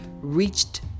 reached